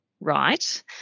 right